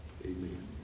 Amen